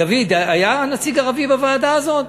דוד, היה נציג ערבי בוועדה הזו?